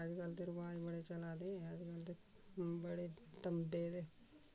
अज्जकल ते रवाज बड़े चला दे अज्जकल ते बड़े तंबे